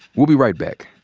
we'll be right back.